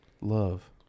Love